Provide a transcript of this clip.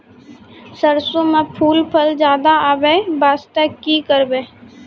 सरसों म फूल फल ज्यादा आबै बास्ते कि करबै?